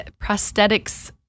prosthetics